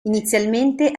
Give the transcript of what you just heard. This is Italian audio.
inizialmente